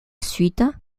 suite